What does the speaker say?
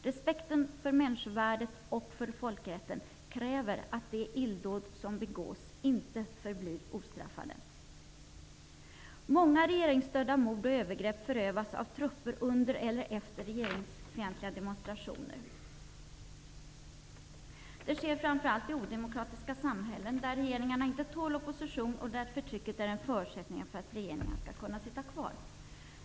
Respekten för människovärdet och folkrätten kräver att de illdåd som begås inte förblir ostraffade. Många regeringsstödda mord och övergrepp förövas av trupper under eller efter regeringsfientliga demonstrationer. Det sker framför allt i odemokratiska samhällen där regeringarna inte tål opposition och där förtrycket är en förutsättning för att regeringarna skall kunna sitta kvar.